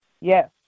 Yes